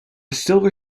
silver